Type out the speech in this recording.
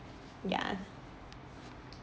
ya